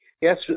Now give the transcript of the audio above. yes